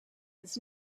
his